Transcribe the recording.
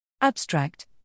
Abstract